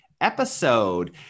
episode